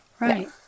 right